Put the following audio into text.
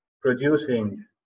producing